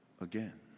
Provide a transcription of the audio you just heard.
again